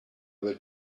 will